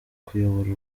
kuyobora